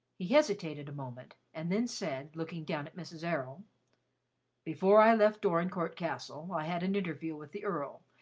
he hesitated a moment, and then said, looking down at mrs. errol before i left dorincourt castle, i had an interview with the earl,